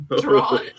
Draw